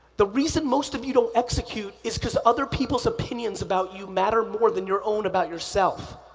the reason most of you don't execute is cause other people's opinions about you matter more than your own about yourself.